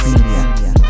Media